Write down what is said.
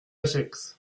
gex